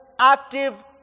active